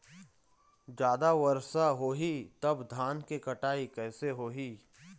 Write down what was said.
जादा वर्षा होही तब धान के कटाई कैसे होही?